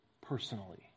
personally